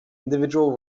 individual